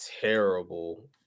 terrible